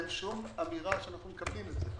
אין שום אמירה שאנו מקבלים את זה.